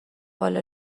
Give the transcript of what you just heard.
والا